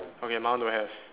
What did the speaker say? okay my one don't have